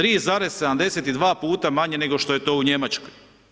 3,72 puta manje nego što je to u Njemačkoj.